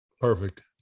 Perfect